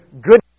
good